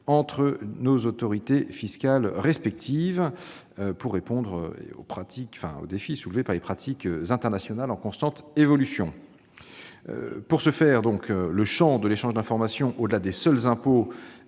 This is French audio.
entre nos autorités fiscales respectives pour répondre aux défis soulevés par des pratiques internationales en constante évolution. Le champ de l'échange d'informations, étendu au-delà des seuls impôts